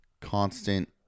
constant